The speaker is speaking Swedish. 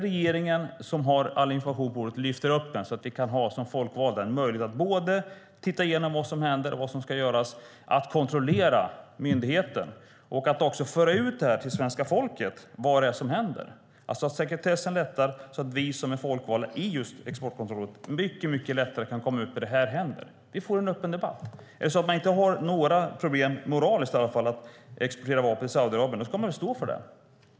Regeringen som har all information måste lyfta upp den så att vi som folkvalda har en möjlighet att titta igenom vad som händer och vad som ska göras och kontrollera myndigheten och också föra ut det till svenska folket. Sekretessen måste lätta så att vi som är folkvalda i Exportkontrollrådet lättare kan berätta vad som händer. Då får vi en öppen debatt. Har man inga problem moraliskt med att exportera vapen till Saudiarabien ska man stå för det.